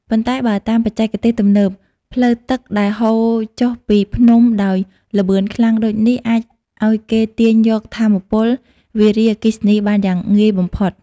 ប៉ុន្តែ បើតាមបច្ចេកទេសទំនើប ផ្លូវទឹកដែលហូរចុះពីភ្នំដោយល្បឿនខ្លាំងដូចនេះ អាចឱ្យគេទាញយកថាមពលវារីអគ្គិសនីបានយ៉ាងងាយបំផុត។